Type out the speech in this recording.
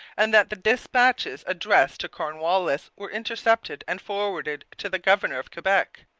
and that the dispatches addressed to cornwallis were intercepted and forwarded to the governor of quebec.